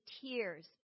tears